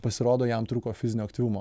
pasirodo jam trūko fizinio aktyvumo